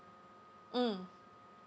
mm